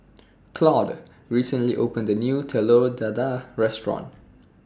Claude recently opened A New Telur Dadah Restaurant